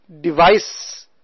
device